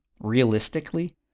realistically